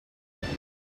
season